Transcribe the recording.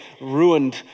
ruined